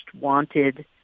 wanted